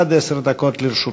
עד עשר דקות לרשותך.